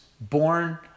born